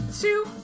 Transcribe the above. two